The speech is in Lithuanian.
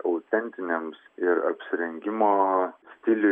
autentiniams ir apsirengimo stiliui